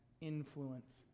influence